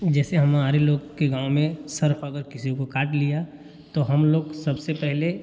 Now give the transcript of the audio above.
जैसे हमारे लोग के गाँव में सर्प अगर किसी को काट लिया तो हम लोग सबसे पहले